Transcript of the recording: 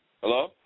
Hello